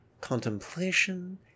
contemplation